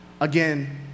again